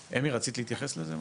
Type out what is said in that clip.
אמי, רצית להתייחס לזה?